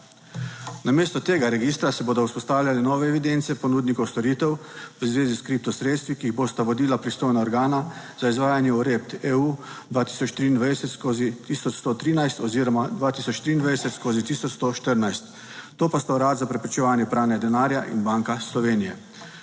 Namesto tega registra se bodo vzpostavljale nove evidence ponudnikov storitev v zvezi s kripto sredstvi, ki jih bosta vodila pristojna organa za izvajanje uredb EU 2023/1113 oziroma 2023/1114, to pa sta Urad za preprečevanje pranja denarja in Banka Slovenije.